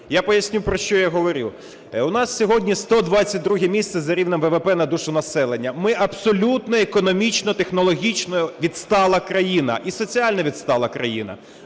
Я поясню, про що я говорю. У нас сьогодні 122 місце за рівнем ВВП на душу населення. Ми абсолютно економічно, технологічно відстала країна і соціально відстала країна.